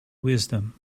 wisdom